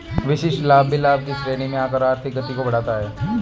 विशिष्ट लाभ भी लाभ की श्रेणी में आकर आर्थिक गति को बढ़ाता है